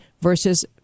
Versus